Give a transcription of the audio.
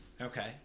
okay